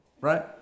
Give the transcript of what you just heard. right